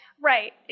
Right